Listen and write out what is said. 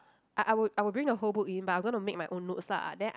I I would I would bring the whole book in but I gonna make my own notes lah then I